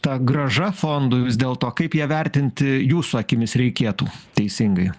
ta grąža fondui vis dėlto kaip ją vertinti jūsų akimis reikėtų teisingai